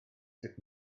sut